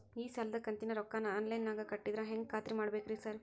ಈ ಸಾಲದ ಕಂತಿನ ರೊಕ್ಕನಾ ಆನ್ಲೈನ್ ನಾಗ ಕಟ್ಟಿದ್ರ ಹೆಂಗ್ ಖಾತ್ರಿ ಮಾಡ್ಬೇಕ್ರಿ ಸಾರ್?